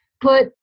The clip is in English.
put